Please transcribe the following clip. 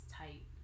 tight